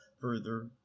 further